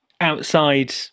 outside